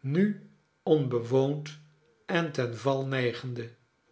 nu onbewoond en ten val neigende